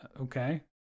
okay